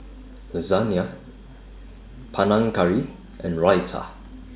Lasagna Panang Curry and Raita